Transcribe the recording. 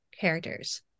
characters